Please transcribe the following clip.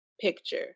picture